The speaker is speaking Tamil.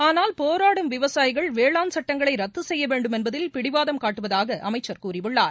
ஆனால் போராடும் விவசாயிகள் வேளாண் சட்டங்களை ரத்து செய்ய வேண்டும் என்பதில் பிடிவாதம் காட்டுவதாக அமைச்சர் கூறியுள்ளார்